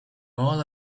all